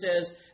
says